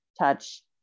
touch